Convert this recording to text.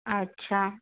अच्छा